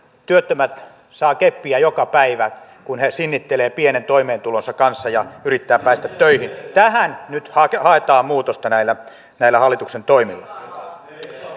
työttömät saavat keppiä joka päivä kun he sinnittelevät pienen toimeentulonsa kanssa ja yrittävät päästä töihin tähän nyt haetaan muutosta näillä näillä hallituksen toimilla